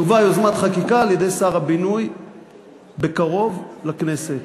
תובא יוזמת חקיקה על-ידי שר הבינוי בקרוב לכנסת.